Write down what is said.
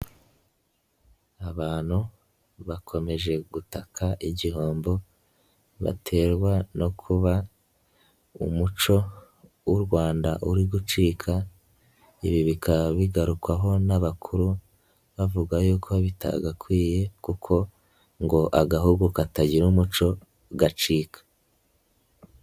Abantu bakomeje gutaka igihombo, baterwa no kuba umuco w'u Rwanda uri gucika, ibi bikaba bigarukwaho n'abakuru, bavuga yuko bitagakwiye kuko ngo agahugu katagira umuco gacika.